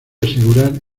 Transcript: asegurar